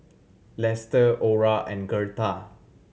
Lester Orah and Gertha